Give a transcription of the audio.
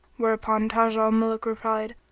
where upon taj al-muluk replied,